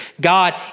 God